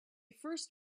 first